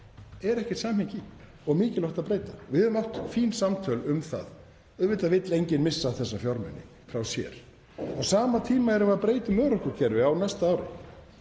er ekkert samhengi í og mikilvægt að breyta. Við höfum átt fín samtöl um það. Auðvitað vill enginn missa þessa fjármuni frá sér. Á sama tíma erum við að breyta um örorkukerfi á næsta ári,